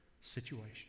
situation